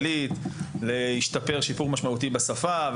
הישראלית ולהשתפר בלימוד השפה על מנת להשתלב ביתר קלות.